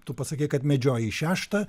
tu pasakei kad medžioji šeštą